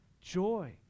joy